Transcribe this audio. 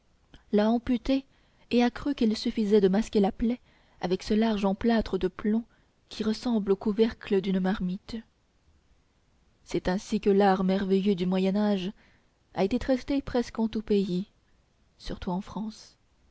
l'a amputé et a cru qu'il suffisait de masquer la plaie avec ce large emplâtre de plomb qui ressemble au couvercle d'une marmite c'est ainsi que l'art merveilleux du moyen âge a été traité presque en tout pays surtout en france